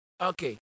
Okay